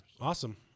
Awesome